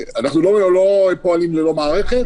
אנחנו לא פועלים ללא מערכת,